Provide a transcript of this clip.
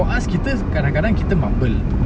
for us kita kadang-kadang kita mumble